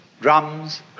drums